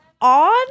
on